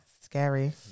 Scary